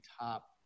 top